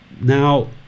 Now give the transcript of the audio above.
Now